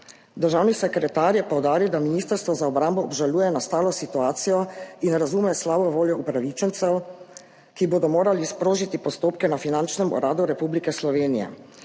Državni sekretar je poudaril, da Ministrstvo za obrambo obžaluje nastalo situacijo in razume slabo voljo upravičencev, ki bodo morali sprožiti postopke na Finančnem uradu Republike Slovenije,